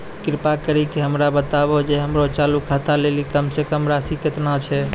कृपा करि के हमरा बताबो जे हमरो चालू खाता लेली कम से कम राशि केतना छै?